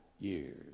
years